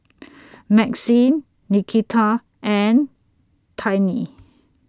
Maxine Nikita and Tiny